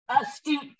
astute